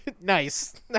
Nice